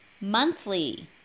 Monthly